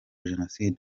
jenoside